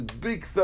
big